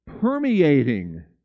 permeating